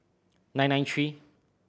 nine nine three